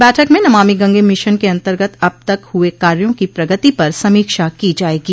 बैठक में नमामि गंगे मिशन के अन्तर्गत अब तक हुए कार्यो की प्रगति पर समीक्षा की जायेगी